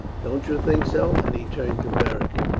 don't you think so? and he turned to beric.